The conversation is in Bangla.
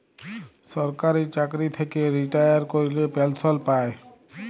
সরকারি চাকরি থ্যাইকে রিটায়ার ক্যইরে পেলসল পায়